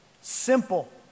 Simple